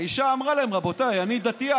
אני יכול